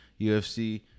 UFC